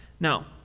Now